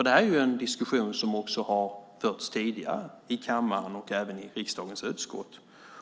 Det här är ju en diskussion som även har förts tidigare i kammaren och även i riksdagens utskott.